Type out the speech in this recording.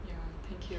ya thank you